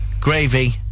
Gravy